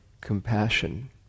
compassion